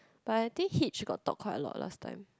but I think Hitch got talk quite a lot last time